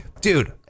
Dude